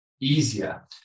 easier